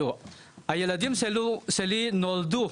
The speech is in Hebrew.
הילדים שלי נולדו,